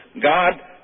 God